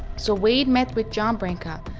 so wade met with john branca.